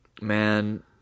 man